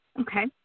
Okay